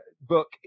book